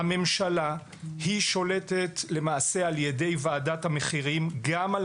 הממשלה שולטת למעשה ע"י ועדת המחירים גם על